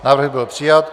Návrh byl přijat.